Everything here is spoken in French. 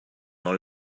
dans